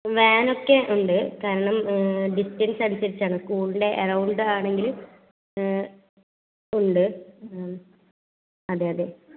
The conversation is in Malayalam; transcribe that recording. വാൻ ഒക്കെ ഉണ്ട് കാരണം ഡിസ്റ്റൻസ് അനുസരിച്ചാണ് സ്കൂളിൻ്റെ അറൗണ്ട് ആണെങ്കിൽ ഉണ്ട് അതെ അതെ